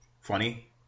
funny